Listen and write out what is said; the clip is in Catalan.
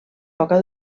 poca